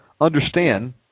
understand